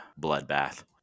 bloodbath